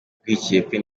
urwikekwe